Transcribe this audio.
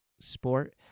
sport